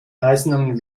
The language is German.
eisernen